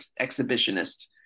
exhibitionist